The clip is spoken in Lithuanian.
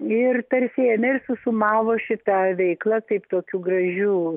ir persiėmė ir susumavo šita veiklą kaip tokiu gražiu